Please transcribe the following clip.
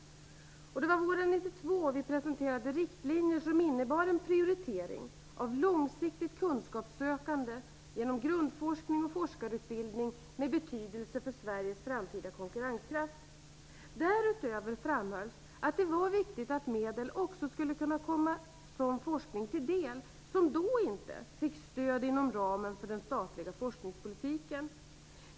Våren 1992 presenterade vi riktlinjer som innebar en prioritering av långsiktigt kunskapssökande genom grundforskning och forskarutbildning med betydelse för Sveriges framtida konkurrenskraft. Därutöver framhölls att det var viktigt att medel också skulle kunna komma sådan forskning till del som då inte fick stöd inom ramen för den statliga forskningspolitiken.